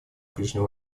ближнем